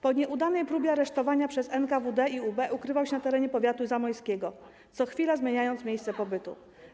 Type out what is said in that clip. Po nieudanej próbie aresztowania przez NKWD i UB ukrywał się na terenie powiatu zamojskiego, co chwila zmieniając miejsce pobytu.